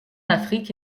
afrique